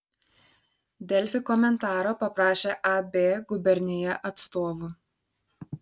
delfi komentaro paprašė ab gubernija atstovų